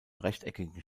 rechteckigen